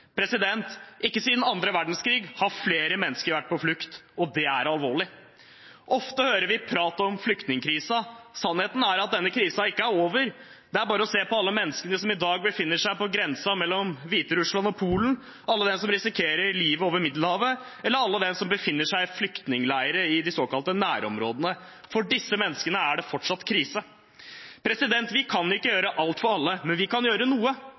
Ikke siden andre verdenskrig har flere mennesker vært på flukt, og det er alvorlig. Ofte hører vi prat om flyktningkrisen. Sannheten er at denne krisen ikke er over. Det er bare å se på alle menneskene som i dag befinner seg på grensen mellom Hviterussland og Polen, alle dem som risikerer livet over Middelhavet, eller alle dem som befinner seg i flyktningleirer i de såkalte nærområdene. For disse menneskene er det fortsatt krise. Vi kan ikke gjøre alt for alle, men vi kan gjøre noe.